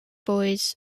boys